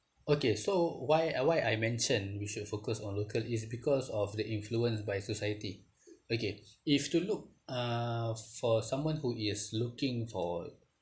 okay so why I why I mentioned we should focus on local it's because of the influence by society okay if you were to look uh for someone who is looking for